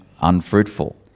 unfruitful